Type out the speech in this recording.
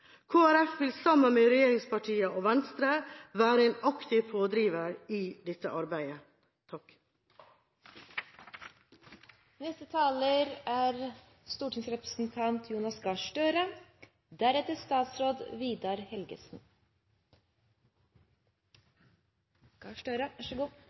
vil sammen med regjeringspartiene og Venstre være en aktiv pådriver i dette arbeidet.